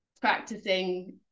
practicing